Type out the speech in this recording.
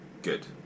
Good